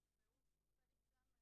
לפי הצ'ק ליסט,